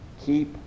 keep